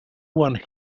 one